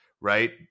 right